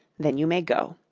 then you may go.